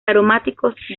aromáticos